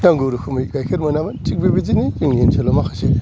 नांगौ रोखोमै गाइखेर मोनाबा थिग बेबादिनो जोंनि ओन्सोलाव माखासे